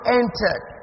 entered